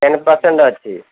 ten percent ଅଛି